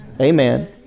Amen